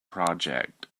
project